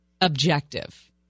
objective